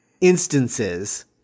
instances